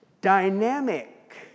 dynamic